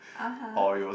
(uh huh)